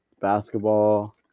basketball